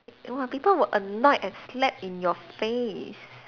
eh !wah! people will annoyed and slap in your face